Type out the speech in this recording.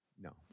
no